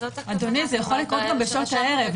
זה יכול להיות גם בשעות הערב.